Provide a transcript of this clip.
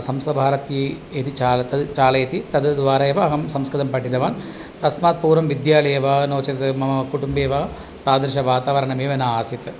संस्कृतभारती यदि चालत् चालयति तद्द्वारा एव अहं संस्कृतं पठितवान् तस्मात् पूर्वं विद्यालयेव नोचेत् मम कुटुम्बेव तादृशं वातावरणमेव न आसीत्